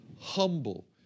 humble